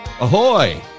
Ahoy